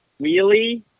wheelie